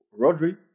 Rodri